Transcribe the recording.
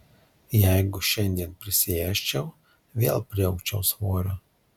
jeigu šiandien prisiėsčiau vėl priaugčiau svorio